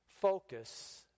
focus